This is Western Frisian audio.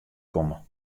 komme